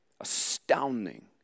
Astounding